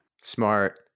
Smart